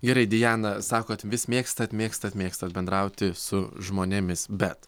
gerai diana sakot vis mėgstat mėgstat mėgstat bendrauti su žmonėmis bet